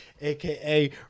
aka